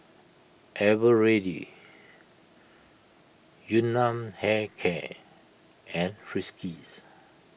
Eveready Yun Nam Hair Care and Friskies